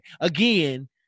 Again